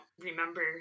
remember